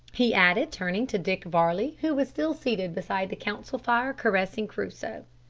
he added, turning to dick varley, who was still seated beside the council-fire caressing crusoe.